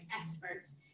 experts